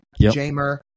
Jamer